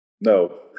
No